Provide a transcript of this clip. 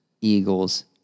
Eagles